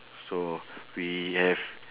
so we have